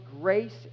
grace